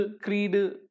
creed